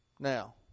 Now